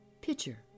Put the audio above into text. Pitcher